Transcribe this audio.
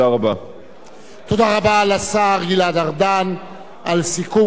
תודה רבה לשר גלעד ארדן על סיכום קצר וממצה.